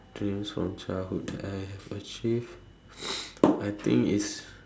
dreams from childhood that I have achieved I think it's